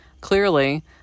Clearly